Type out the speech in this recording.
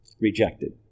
rejected